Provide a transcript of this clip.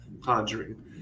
conjuring